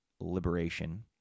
liberation